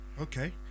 okay